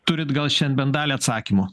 turit gal šian bent dalį atsakymų